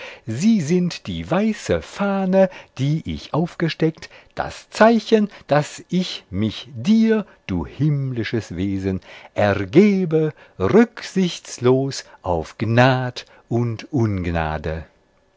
sie sind die weiße fahne die ich aufgesteckt das zeichen daß ich mich dir du himmlisches wesen ergebe rücksichtslos auf gnad und ungnade